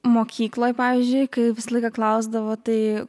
mokykloj pavyzdžiui kai visą laiką klausdavo tai